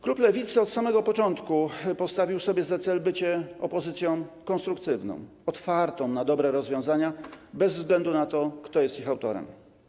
Klub Lewicy od samego początku postawił sobie za cel bycie opozycją konstruktywną, otwartą na dobre rozwiązania bez względu na to, kto jest ich autorem.